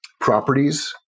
properties